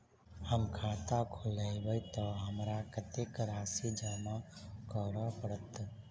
हम खाता खोलेबै तऽ हमरा कत्तेक राशि जमा करऽ पड़त?